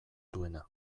duena